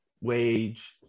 wage